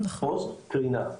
פוסט קרינה,